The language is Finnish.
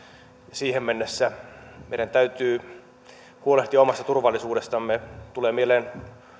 siihen mennessä meidän täytyy huolehtia omasta turvallisuudestamme tulee mieleen